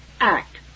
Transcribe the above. act